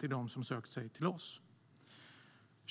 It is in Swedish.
till dem som söker sig till oss: Mitt land är ditt land.